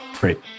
Great